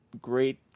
great